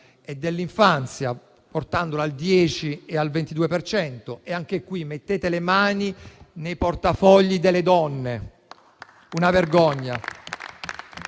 e dell’infanzia, riportandola al 10 e al 22 per cento. Mettete le mani nei portafogli delle donne; una vergogna.